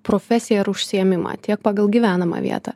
profesiją ir užsiėmimą tiek pagal gyvenamą vietą